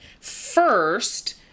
first